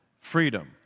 freedom